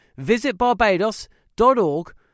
visitbarbados.org